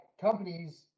companies